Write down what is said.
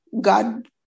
God